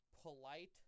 Polite